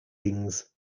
wings